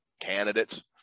candidates